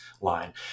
line